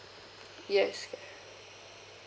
yes